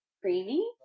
creamy